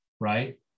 right